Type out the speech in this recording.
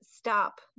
stop